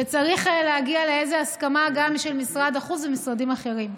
וצריך להגיע לאיזו הסכמה גם עם משרד החוץ ומשרדים אחרים.